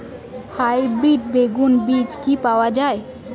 Hybrid বেগুন বীজ কি পাওয়া য়ায়?